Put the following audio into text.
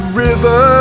river